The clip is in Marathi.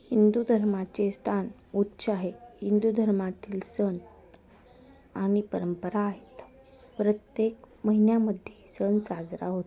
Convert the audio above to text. हिंदू धर्माचे स्थान उच्च आहे हिंदू धर्मातील सण आणि परंपरा आहेत प्रत्येक महिन्यामध्ये सण साजरा होत